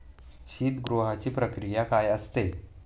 शीतगृहाची प्रक्रिया काय असते?